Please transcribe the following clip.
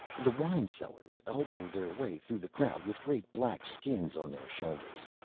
the wine-sellers elbow their way through the crowd with great black skins on their shoulders.